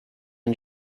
and